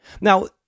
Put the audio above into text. Now